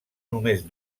només